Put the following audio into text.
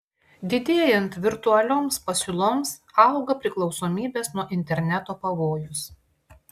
didėjant virtualioms pasiūloms auga priklausomybės nuo interneto pavojus